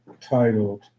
titled